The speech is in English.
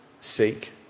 seek